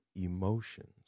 emotions